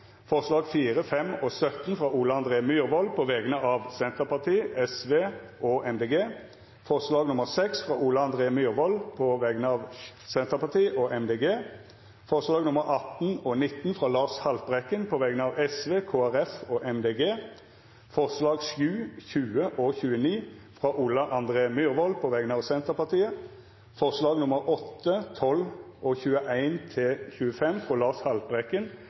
og 17, frå Ole André Myhrvold på vegner av Senterpartiet, Sosialistisk Venstreparti og Miljøpartiet Dei Grøne forslag nr. 6, frå Ole André Myhrvold på vegner av Senterpartiet og Miljøpartiet Dei Grøne forslaga nr. 18 og 19, frå Lars Haltbrekken på vegner av Sosialistisk Venstreparti, Kristeleg Folkeparti og Miljøpartiet Dei Grøne forslaga nr. 7, 20 og 29, frå Ole André Myhrvold på vegner av Senterpartiet forslaga nr. 8–12 og nr. 21–25, frå Lars Haltbrekken